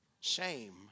shame